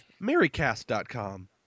MerryCast.com